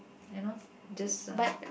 I know just